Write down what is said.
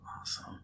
Awesome